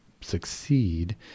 succeed